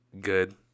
good